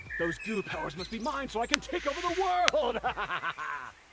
those goo powers must be mine, so i can take over the world ah